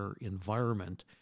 environment